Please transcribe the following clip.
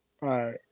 right